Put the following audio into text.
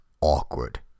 awkward